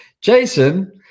Jason